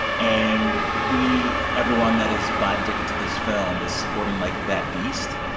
and we everyone that is buying tickets to this film is supporting, like, that beast.